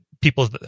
people